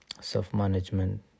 self-management